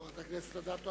חברת הכנסת אדטו,